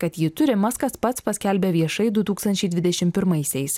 kad jį turi maskas pats paskelbė viešai du tūkstančiai dvidešim pirmaisiais